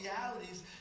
realities